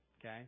okay